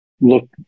look